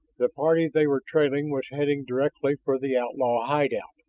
the party they were trailing was heading directly for the outlaw hide-out.